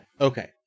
Okay